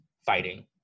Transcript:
fighting